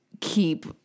keep